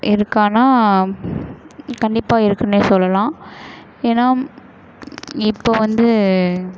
இருக்கான்னால் கண்டிப்பாக இருக்குன்னே சொல்லலாம் ஏன்னால் இப்போது வந்து